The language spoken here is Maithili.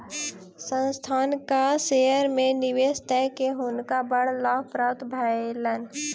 संस्थानक शेयर में निवेश कय के हुनका बड़ लाभ प्राप्त भेलैन